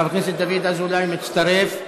חבר הכנסת דוד אזולאי מצטרף לתומכים.